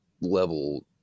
level